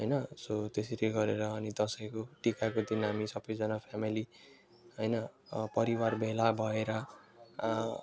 होइन सो त्यसरी गरेर अनि दसैँको टिकाको दिन हामी सबैजना फेमिली होइन परिवार भेला भएर